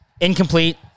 Incomplete